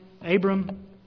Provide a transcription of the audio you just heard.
Abram